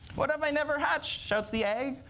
what if i never hatch, shouts the egg.